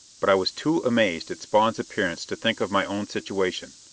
but i was too amazed at spawn's appearance to think of my own situation.